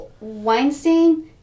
weinstein